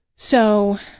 so,